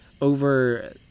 over